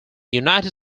united